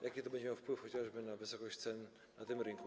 Jaki to będzie miało wpływ chociażby na wysokość cen na rynku?